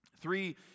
Three